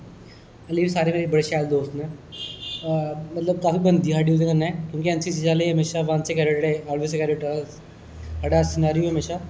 सारे मेरे बडे़ शैल दोस्त ना मतलब काफी बनदी साढ़ी ओहदे कन्नै क्योंकि एनसीसी आहले हमेशा बनस ए कैडिट आलवेज ऐ कैडिट साढ़ा सनेरयो ऐ हमेशा